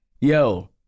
Yo